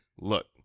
look